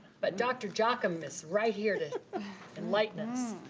but dr. jocham is right here to enlighten us.